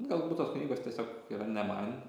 galbūt tos knygos tiesiog yra ne man